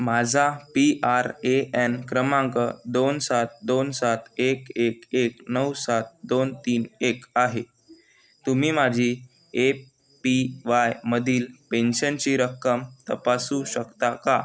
माझा P R A N क्रमांक दोन सात दोन सात एक एक एक नऊ सात दोन तीन एक आहे तुम्ही माझी ए पी वाय मधील पेन्शनची रक्कम तपासू शकता का